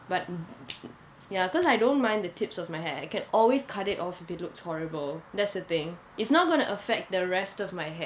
but ya because I don't mind the tips of my hair I can always cut it off if it looks horrible that's the thing is not going to affect the rest of my hair